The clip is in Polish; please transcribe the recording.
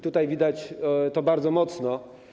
Tutaj widać to bardzo mocno.